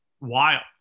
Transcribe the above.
wild